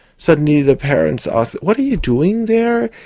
suddenly the parents ask, what are you doing there?